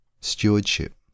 stewardship